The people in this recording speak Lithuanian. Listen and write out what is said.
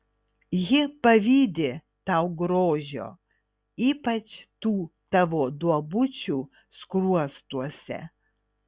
ji pavydi tau grožio ypač tų tavo duobučių skruostuose